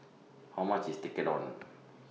How much IS Tekkadon